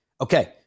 Okay